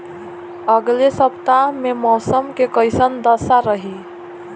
अलगे सपतआह में मौसम के कइसन दशा रही?